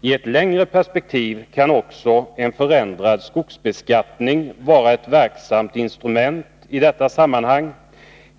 I ett längre perspektiv kan också en förändrad skogsbeskattning vara ett verksamt instrument i detta sammanhang.